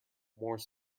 more